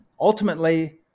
Ultimately